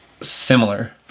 similar